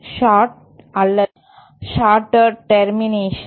chart அல்லது shorted termination